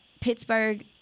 Pittsburgh